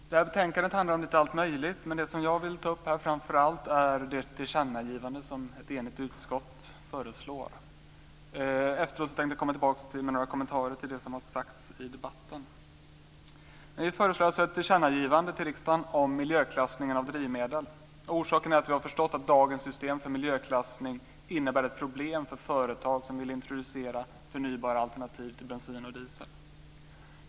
Fru talman! Betänkandet handlar om allt möjligt, men det som jag framför allt vill ta upp här är det tillkännagivande som ett enigt utskott föreslår. Efter det tänkte jag komma tillbaka med några kommentar till det som har sagts i debatten. Vi föreslår alltså ett tillkännagivande till regeringen om miljöklassningen av drivmedel. Orsaken är att vi har förstått att dagens system för miljöklassning innebär ett problem för företag som vill introducera förnybara alternativ till bensin och diesel.